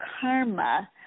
karma